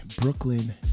Brooklyn